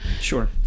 Sure